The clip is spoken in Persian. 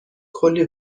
کلی